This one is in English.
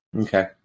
Okay